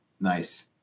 Nice